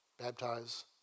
baptize